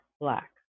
Black